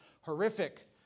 horrific